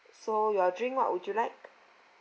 so your drink what would you like